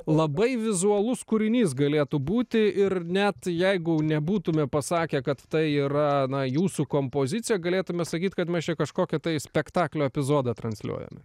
labai vizualus kūrinys galėtų būti ir net jeigu nebūtume pasakę kad tai yra na jūsų kompozicija galėtume sakyt kad mes čia kažkokį tai spektaklio epizodą transliuojame